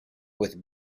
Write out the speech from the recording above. with